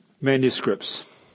manuscripts